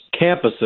campuses